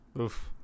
Oof